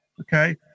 okay